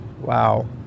wow